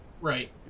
Right